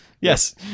Yes